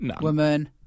Woman